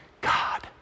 God